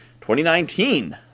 2019